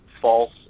false